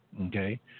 Okay